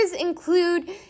include